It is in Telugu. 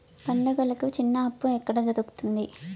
పండుగలకి చిన్న అప్పు ఎక్కడ దొరుకుతుంది